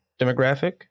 demographic